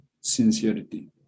sincerity